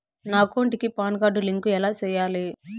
నా అకౌంట్ కి PAN card link ఎలా సేయాలి